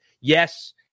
Yes